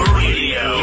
radio